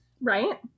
Right